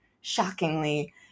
shockingly